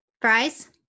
Fries